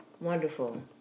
Wonderful